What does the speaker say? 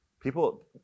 People